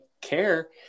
care